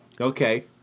Okay